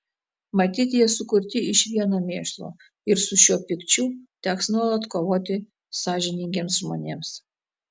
matyt jie sukurti iš vieno mėšlo ir su šiuo pykčiu teks nuolat kovoti sąžiningiems žmonėms